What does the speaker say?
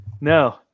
No